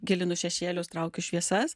gilinu šešėlius traukiu šviesas